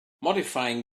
modifying